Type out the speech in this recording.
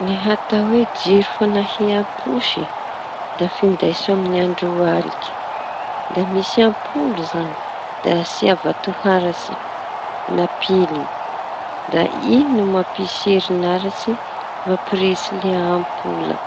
Ny atao hoe jiro fañahian'amposy da findaisy aminy andro aliky da misy ampola za ñy da asia vatoharatsy na pily. Da iñy no mampisy herinaratsy mampirehitsy le ampola.